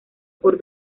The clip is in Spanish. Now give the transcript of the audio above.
por